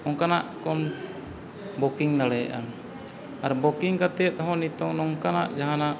ᱚᱱᱠᱟᱱᱟᱜ ᱠᱚᱢ ᱵᱩᱠᱤᱝ ᱫᱟᱲᱮᱭᱟᱜᱼᱟ ᱟᱨ ᱵᱩᱠᱤᱝ ᱠᱟᱛᱮᱫ ᱦᱚᱸ ᱱᱤᱛᱳᱜ ᱱᱚᱝᱠᱟᱱᱟᱜ ᱡᱟᱦᱟᱱᱟᱜ